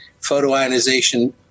photoionization